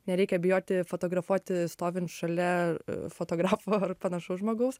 nereikia bijoti fotografuoti stovint šalia fotografo ar panašaus žmogaus